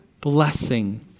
blessing